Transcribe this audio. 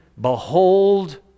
Behold